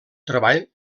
treball